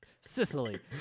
Sicily